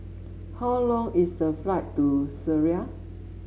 how long is the flight to Syria